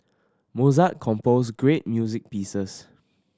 Mozart composed great music pieces